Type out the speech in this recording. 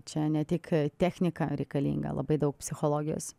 čia ne tik technika reikalinga labai daug psichologijos